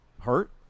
hurt